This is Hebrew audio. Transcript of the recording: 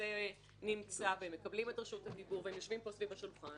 הנושא נמצא והם מקבלים את רשות הדיבור והם יושבים פה סביב השולחן.